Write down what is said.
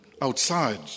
outside